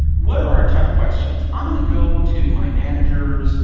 what are our tough questions? i'm going to go to my managers,